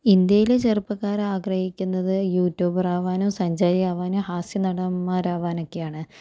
ഇന്ത്യയിലെ ചെറുപ്പക്കാരാഗ്രഹിക്കുന്നത് യൂട്യൂബർ ആവാനും സഞ്ചാരി ആവാനും ഹാസ്യ നടന്മാരാവാനൊക്കെയാണ്